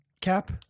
cap